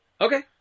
Okay